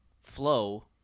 flow